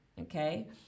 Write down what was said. okay